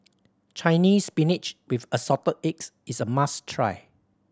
Chinese Spinach with Assorted Eggs is a must try